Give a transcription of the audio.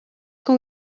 com